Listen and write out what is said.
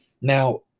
Now